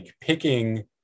picking